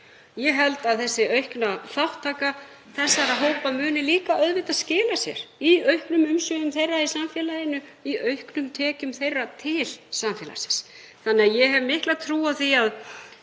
ég held að aukin þátttaka þessara hópa muni líka að skila sér í auknum umsvifum þeirra í samfélaginu og í auknum tekjum þeirra til samfélagsins. Þannig að ég hef mikla trú á því að